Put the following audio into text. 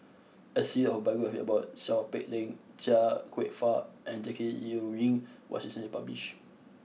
a series of biographies about Seow Peck Leng Chia Kwek Fah and Jackie Yi Ru Ying was recently published